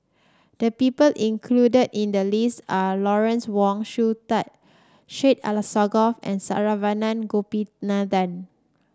the people included in the list are Lawrence Wong Shyun Tsai Syed Alsagoff and Saravanan Gopinathan